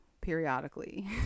periodically